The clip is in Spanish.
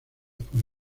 por